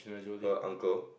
her uncle